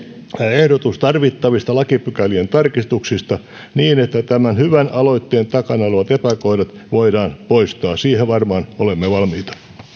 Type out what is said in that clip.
ehdotus tarvittavista lakipykälien tarkistuksista niin että tämän hyvän aloitteen takana olevat epäkohdat voidaan poistaa siihen varmaan olemme valmiita